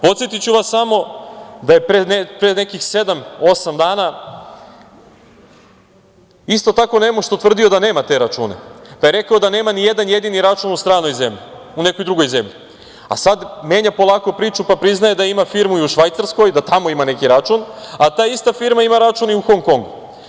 Podsetiću vas samo da je pre nekih sedam-osam dana isto tako nemušto tvrdio da nema te račune, pa je rekao da nema ni jedan jedini račun u stranoj zemlji, u nekoj drugoj zemlji, a sada menja polako priču pa priznaje da ima firmu i u Švajcarskoj, da tamo ima neki račun, a ta ista firma ima račun i u Hong Kongu.